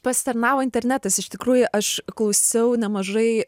pasitarnavo internetas iš tikrųjų aš klausiau nemažai